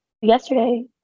yesterday